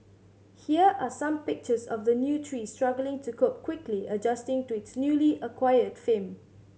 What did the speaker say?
here are some pictures of the new tree struggling to cope quickly adjusting to its newly acquired fame